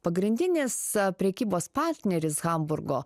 pagrindinis prekybos partneris hamburgo